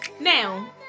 Now